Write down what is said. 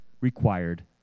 required